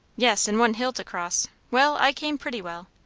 yes and one hill to cross. well! i came pretty well.